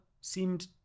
seemed